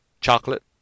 chocolate